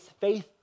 faith